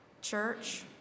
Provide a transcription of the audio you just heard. Church